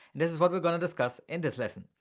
this is what we're gonna discuss in this lesson.